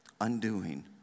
undoing